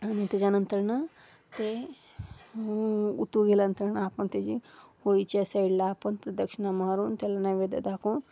आणि त्याच्यानंतरनं ते उतू गेल्यानंतरनं आपण त्याची होळीच्या साईडला आपण प्रदक्षिणा मारून त्याला नैवेद्य दाखवून